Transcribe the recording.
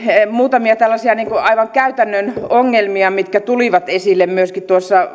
muutamia tällaisia aivan käytännön ongelmia mitkä tulivat esille myöskin